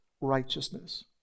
righteousness